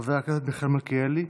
חבר הכנסת מיכאל מלכיאלי,